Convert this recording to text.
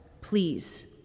please